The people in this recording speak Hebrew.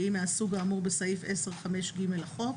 והיא מהסוג האמור בסעיף 10(ג)(5) לחוק,